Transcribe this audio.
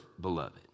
beloved